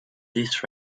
this